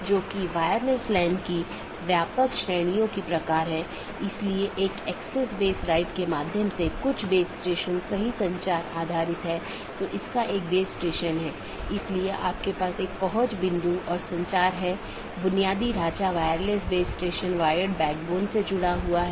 autonomous system के अंदर OSPF और RIP नामक प्रोटोकॉल होते हैं क्योंकि प्रत्येक ऑटॉनमस सिस्टम को एक एडमिनिस्ट्रेटर कंट्रोल करता है इसलिए यह प्रोटोकॉल चुनने के लिए स्वतंत्र होता है कि कौन सा प्रोटोकॉल उपयोग करना है